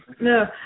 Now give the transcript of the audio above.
No